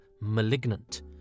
malignant